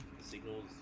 signals